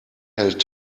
hält